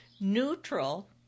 Neutral